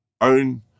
Own